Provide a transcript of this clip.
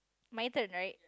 my turn right